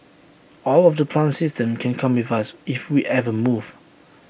all of the plant systems can come with us if we ever move